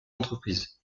entreprise